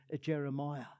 Jeremiah